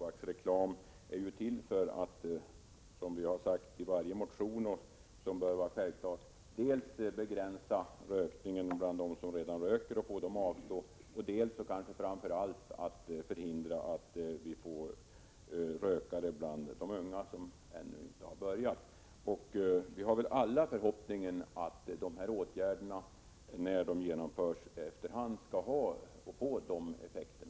Herr talman! Det är självklart att annonsförbud och andra åtgärder emot tobaksreklam är till för att — och det har vi även anfört i alla våra motioner i detta ämne — dels begränsa rökningen bland dem som redan röker och få dem att avstå från det, dels framför allt förhindra att vi får rökare bland de unga som ännu inte har börjat. Vi har väl alla förhoppningen att dessa åtgärder när de genomförs efter hand skall få dessa effekter.